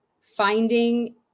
finding